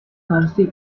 council